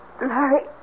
Larry